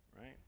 right